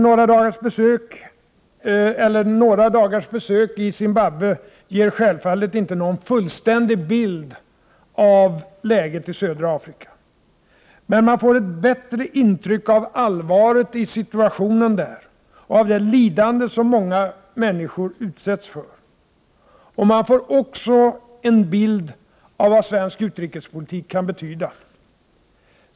Några dagars besök i Zimbabwe ger självfallet inte någon fullständig bild av läget i södra Afrika. Men man får ett bättre intryck av allvaret i situationen där och av det lidande som många mäniskor utsätts för. Man får också en bild av vad svensk utrikespolitik kan betyda.